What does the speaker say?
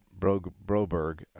Broberg